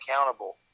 accountable